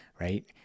right